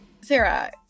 Sarah